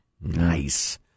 Nice